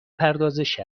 پردازش